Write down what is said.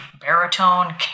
baritone